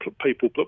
people